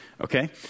Okay